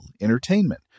entertainment